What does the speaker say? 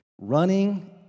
Running